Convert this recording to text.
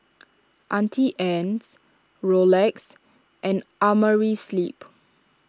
Auntie Anne's Rolex and Amerisleep